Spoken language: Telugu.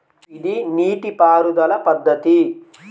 ఇది నీటిపారుదల పద్ధతి